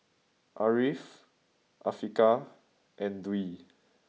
Ariff Afiqah and Dwi